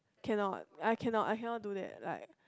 cannot I cannot I cannot do that like